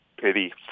pity